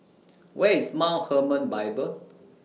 Where IS Mount Hermon Bible